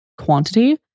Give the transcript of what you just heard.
quantity